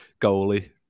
goalie